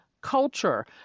culture